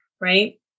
Right